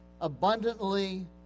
abundantly